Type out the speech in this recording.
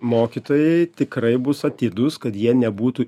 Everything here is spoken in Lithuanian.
mokytojai tikrai bus atidūs kad jie nebūtų